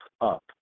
up